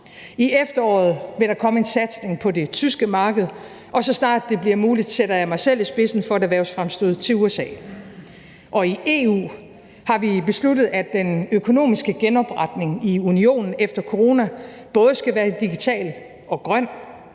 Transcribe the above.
I efteråret vil der komme en satsning på det tyske marked, og så snart det bliver muligt, sætter jeg mig selv i spidsen for et erhvervsfremstød i USA, og i EU har vi besluttet, at den økonomiske genopretning i Unionen efter coronaen både skal være digital og grøn.